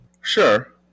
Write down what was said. Sure